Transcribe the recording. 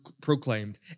proclaimed